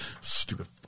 Stupid